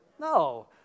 No